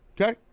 Okay